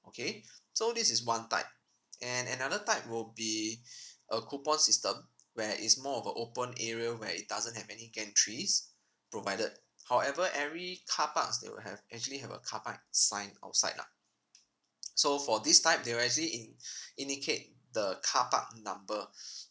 okay so this is one type and another type will be a coupon system where it's more of a open area where it doesn't have any gantries provided however every car parks they will have actually have a car park sign outside lah so for this type they will actually in~ indicate the card park number